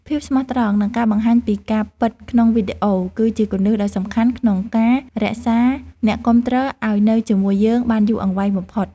ភាពស្មោះត្រង់ និងការបង្ហាញពីការពិតក្នុងវីដេអូ គឺជាគន្លឹះដ៏សំខាន់ក្នុងការរក្សាអ្នកគាំទ្រឱ្យនៅជាមួយយើងបានយូរអង្វែងបំផុត។